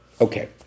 Okay